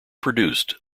produced